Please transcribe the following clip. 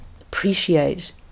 appreciate